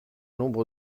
nombre